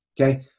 Okay